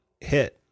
hit